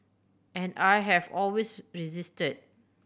and I have always resisted